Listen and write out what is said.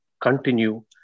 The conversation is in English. continue